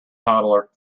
toddler